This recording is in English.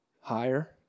Higher